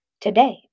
today